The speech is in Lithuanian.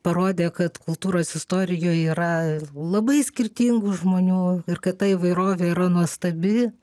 parodė kad kultūros istorijoj yra labai skirtingų žmonių ir kad ta įvairovė yra nuostabi